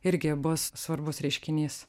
irgi bus svarbus reiškinys